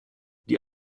die